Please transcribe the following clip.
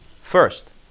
First